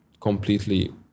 completely